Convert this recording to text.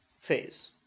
phase